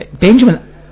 Benjamin